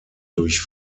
durch